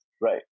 right